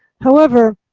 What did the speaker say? however,